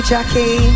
Jackie